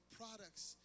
products